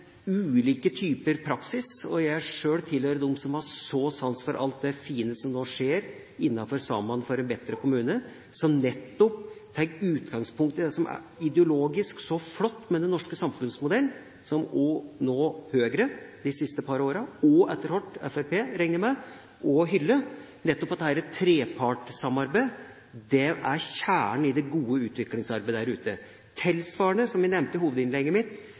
fine som nå skjer innenfor utviklingsprogrammet «Saman om ein betre kommune», som nettopp tar utgangspunkt i det som er ideologisk så flott med den norske samfunnsmodellen – som også Høyre de siste par åra, og etter hvert Fremskrittspartiet, regner jeg med hyller. Nettopp dette trepartssamarbeidet er kjernen i det gode utviklingsarbeidet der ute. Tilsvarende, som jeg nevnte i hovedinnlegget mitt,